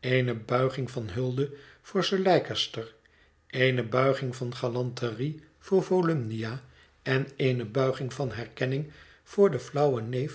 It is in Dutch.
eene buiging van hulde voor sir leicester eene buiging van galanterie voor volumnia en eene buiging van herkenning voor den flauwen neef